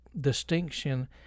distinction